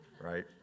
right